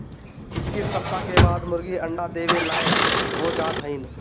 इक्कीस सप्ताह के बाद मुर्गी अंडा देवे लायक हो जात हइन